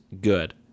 Good